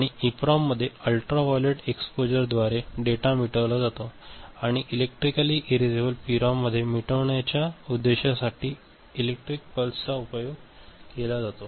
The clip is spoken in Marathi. आणि इप्रोममध्ये अल्ट्राव्हायोलेट एक्सपोजर द्वारे डेटा मिटवला जातो आणि इलेक्ट्रीकली इरेसेबल पीरॉम मध्ये मिटण्याच्या उद्देशासाठी इलेक्ट्रिक पल्स चा उपयोग केला जातो